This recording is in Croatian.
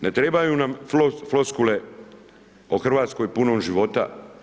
Ne trebaju na floskule o Hrvatskoj punoj života.